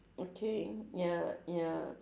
okay ya ya